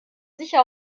sicher